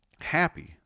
happy